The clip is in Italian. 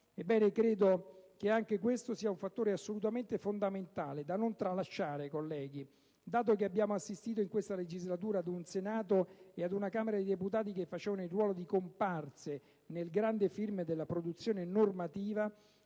Ebbene, credo che anche questo sia un fattore assolutamente fondamentale, da non tralasciare, colleghi: dato che abbiamo assistito in questa legislatura ad un Senato e ad una Camera dei deputati che facevano il ruolo delle comparse nel grande film della produzione normativa,